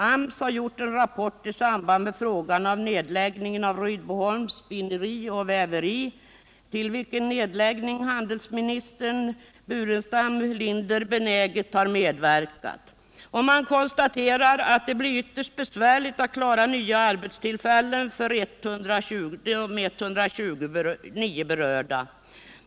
AMS har gjort en rapport i samband med frågan om nedläggningen av Rydboholms spinneri och väveri, till vilken handelsministern benäget har medverkat. Man konstaterar att det blir ytterst besvärligt att klara nya arbetstillfällen för de 129 berörda.